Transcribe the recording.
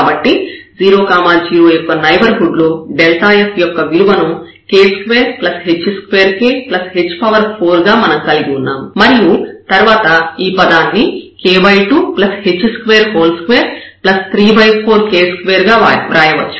కాబట్టి 0 0 యొక్క నైబర్హుడ్ లో f యొక్క విలువను k2 h2k h4 గా మనం కలిగి ఉన్నాము మరియు తర్వాత ఈ పదాన్ని k2h22 34k2 గా వ్రాయవచ్చు